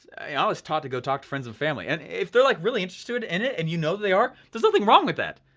i was taught to go talk to friends and family, and if they're like really interested in it and you know that they are, there's nothing wrong with that.